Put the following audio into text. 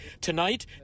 tonight